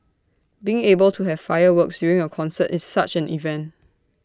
being able to have fireworks during A concert is such an event